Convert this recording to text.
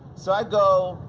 so i go,